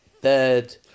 third